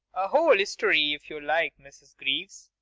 a whole history if you like, mrs. greaves.